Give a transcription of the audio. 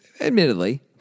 Admittedly